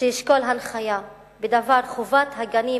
שישקול הנחיה בדבר חובת הגנים,